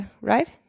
right